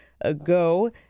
ago